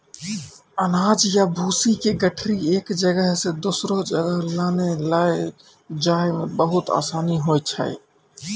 अनाज या भूसी के गठरी एक जगह सॅ दोसरो जगह लानै लै जाय मॅ बहुत आसानी होय छै